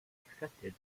accepted